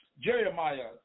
Jeremiah